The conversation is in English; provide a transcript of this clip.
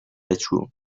bedrooms